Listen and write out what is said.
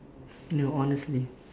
no honestly